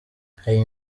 hari